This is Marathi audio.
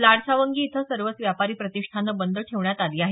लाडसावंगी इथं सर्वच व्यापारी प्रतिष्ठानं बंद ठेवण्यात आली आहेत